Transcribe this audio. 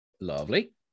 Lovely